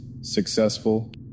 Successful